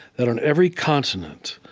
that on every continent,